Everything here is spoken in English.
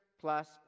plus